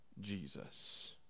Jesus